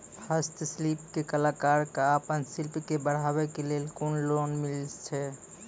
हस्तशिल्प के कलाकार कऽ आपन शिल्प के बढ़ावे के लेल कुन लोन मिलै छै?